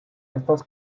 estas